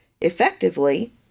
effectively